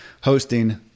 hosting